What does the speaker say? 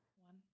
One